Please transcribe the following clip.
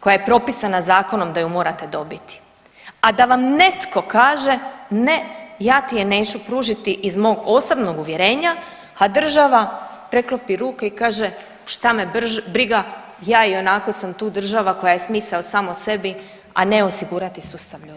koja je propisana zakonom da ju morate dobiti, a da vam netko kaže ne ja ti je neću pružiti iz mog osobnog uvjerenja a država preklopi ruke i kaže šta me briga ja ionako sam tu država koja je smisao samo sebi, a ne osigurati sustav ljudima.